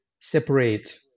separate